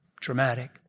dramatic